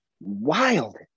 wild